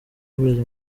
y’uburezi